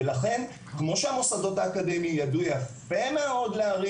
ולכן כמו שהמוסדות האקדמיים ידעו יפה מאוד להרים